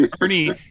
Ernie